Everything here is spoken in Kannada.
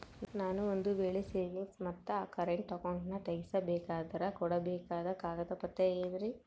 ನಾನು ಒಂದು ವೇಳೆ ಸೇವಿಂಗ್ಸ್ ಮತ್ತ ಕರೆಂಟ್ ಅಕೌಂಟನ್ನ ತೆಗಿಸಬೇಕಂದರ ಕೊಡಬೇಕಾದ ಕಾಗದ ಪತ್ರ ಏನ್ರಿ?